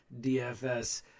DFS